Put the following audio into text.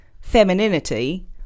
femininity